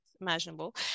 imaginable